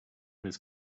miss